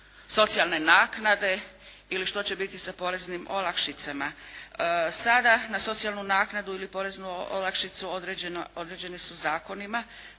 socijalne naknade, ili što će biti sa poreznim olakšicama. Sada na socijalnu naknadu ili poreznu olakšicu određene su zakonima